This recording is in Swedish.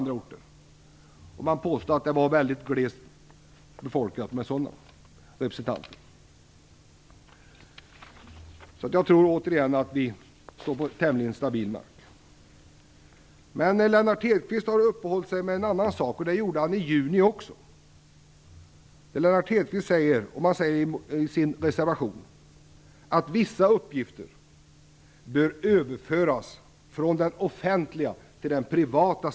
Det påstås att det är väldigt glest med sådana representanter. Jag tror att vi står på en tämligen stabil mark. Lennart Hedquist har uppehållit sig vid en annan sak, som han tog upp också i juni. Han säger i sin reservation att vissa uppgifter bör överföras från den offentliga sfären till den privata.